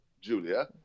Julia